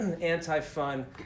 anti-fun